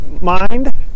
mind